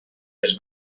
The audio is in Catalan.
les